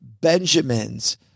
Benjamins